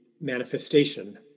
manifestation